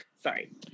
Sorry